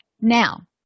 Now